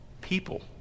People